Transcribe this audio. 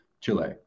Chile